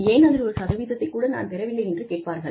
ஏன் அதில் ஒரு சதவீதத்தைக் கூட நான் பெறவில்லை என்று கேட்பார்கள்